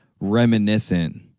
reminiscent